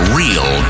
real